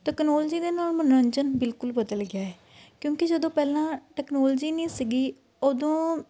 technology ਦੇ ਨਾਲ ਮਨੋਰੰਜਨ ਬਿਲਕੁਲ ਬਦਲ ਗਿਆ ਕਿਉਂਕਿ ਜਦੋਂ ਪਹਿਲਾਂ ਟੈਕਨੋਲਜੀ ਨਹੀਂ ਸੀਗੀ ਉਦੋਂ